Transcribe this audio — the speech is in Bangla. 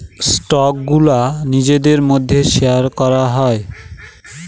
স্টকগুলো নিজেদের মধ্যে শেয়ার করা হয়